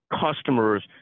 customers